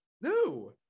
No